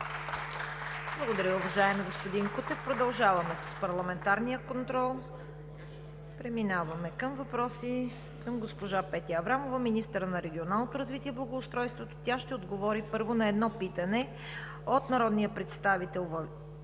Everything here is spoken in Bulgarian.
Благодаря, уважаеми господин Кутев. Продължаваме с парламентарния контрол. Преминаваме на въпросите към госпожа Петя Аврамова – министър на регионалното развитие и благоустройството. Тя ще отговори първо на едно питане от народните представители